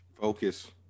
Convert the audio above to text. focus